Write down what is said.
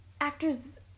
Actors